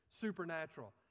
supernatural